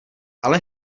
ale